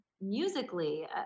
musically